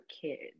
kids